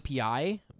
API